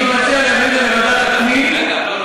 אפשר, אני מציע להעביר את זה לוועדת הפנים.